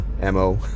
MO